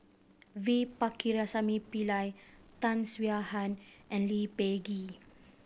V Pakirisamy Pillai Tan Swie Hian and Lee Peh Gee